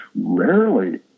rarely